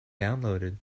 downloaded